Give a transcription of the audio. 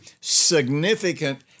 significant